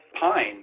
pine